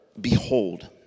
behold